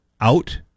out